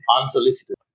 unsolicited